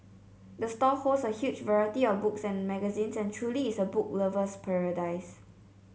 the store holds a huge variety of books and magazines and truly is a book lover's paradise